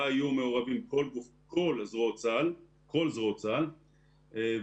בה יהיו מעורבים כל זרועות צבא הגנה לישראל